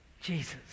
Jesus